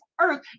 earth